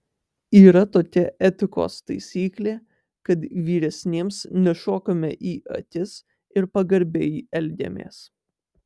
yra tokia etikos taisyklė kad vyresniems nešokame į akis ir pagarbiai elgiamės